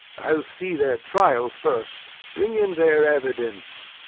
i'll see their trial first. bring in their evidence.